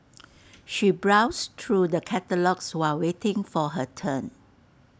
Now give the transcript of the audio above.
she browsed through the catalogues while waiting for her turn